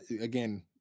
again